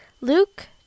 Luke